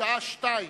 בשעה 14:00,